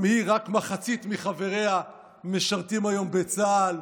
גם היא, רק מחצית מחבריה משרתים היום בצה"ל.